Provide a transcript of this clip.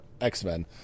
X-Men